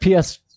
PS